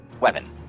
weapon